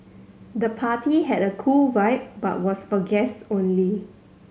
the party had a cool vibe but was for guests only